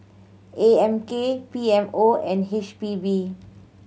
A M K P M O and H P B